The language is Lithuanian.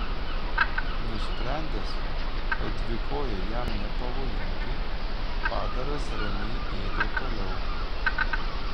nusprendęs kad dvikojai jam nepavojingi padaras ramiai ėdė toliau